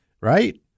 right